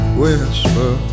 whisper